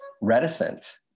reticent